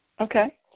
okay